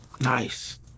Nice